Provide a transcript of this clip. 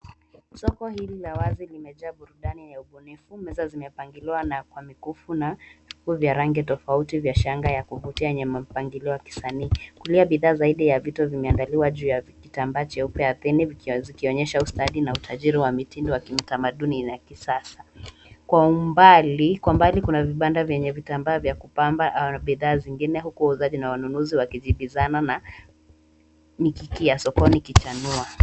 Soko hili la wazi limejaa biryani ubunifu za mikufu na za rangi tofauti tofauti vya shanga ya mpangilio WA kisanii kulea bidaa zaidi .Kwa umbali kuna vitambaa na bidhaa zingine huku wanunuzi wakijibizana na